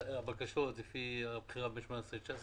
הבקשות לפי הבחירה בין 18' ל-19',